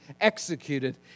executed